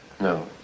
No